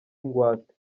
ingwate